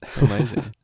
Amazing